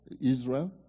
Israel